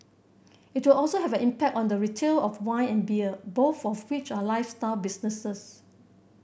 it will also have an impact on the retail of wine and beer both of which are lifestyle businesses